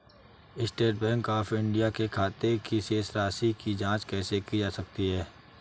State Bank of India के खाते की शेष राशि की जॉंच कैसे की जा सकती है?